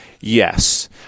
Yes